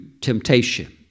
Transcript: temptation